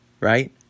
right